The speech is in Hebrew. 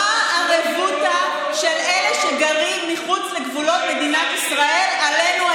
מה הרבותא לאלה שגרים מחוץ לגבולות מדינת ישראל לנו,